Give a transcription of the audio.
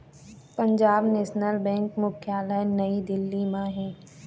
Punjab National Bank मुख्यालय नई दिल्ली म हे